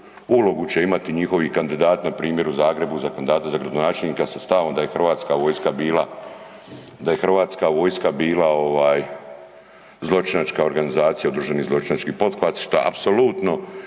ulogu će imati njihovih kandidata npr. u Zagrebu za kandidata za gradonačelnika sa stavom da je Hrvatska vojska bila zločinačka organizacija, udruženi zločinački pothvat što apsolutno